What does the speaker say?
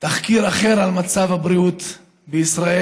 תחקיר אחר על מצב הבריאות בישראל,